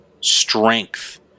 strength